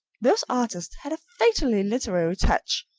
those artists had a fatally literary touch,